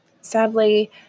Sadly